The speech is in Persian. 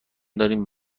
داریم